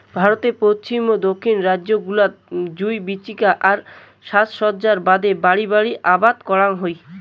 ভারতর পশ্চিম ও দক্ষিণ রাইজ্য গুলাত জুঁই জীবিকা আর সাজসজ্জার বাদে বাড়ি বাড়ি আবাদ করাং হই